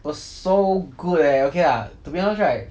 was so good leh okay lah to be honest right